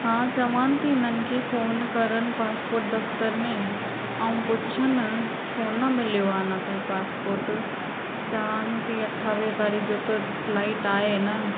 हा चवानि थी इन्हनि खे फ़ोन करनि पासपोट दफ़्तर में ऐं पुछनि छो न मिलियो आहे अञा ताईं पासपोट चवानि थी अठावीह तारीख़ जो त फ्लाइट आहे न